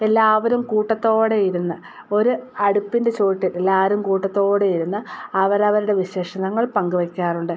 എല്ലാവരും കൂട്ടത്തോടെ ഇരുന്ന് ഒരു അടുപ്പിൻ്റെ ചുവട്ടിൽ എല്ലാവരും കൂട്ടത്തോടെ ഇരുന്ന് അവരവരുടെ വിശേഷങ്ങൾ പങ്കുവയ്ക്കാറുണ്ട്